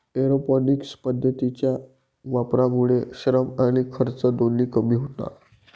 aeroponics पद्धतीच्या वापरामुळे श्रम आणि खर्च दोन्ही कमी होतात